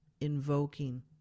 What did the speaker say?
invoking